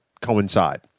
coincide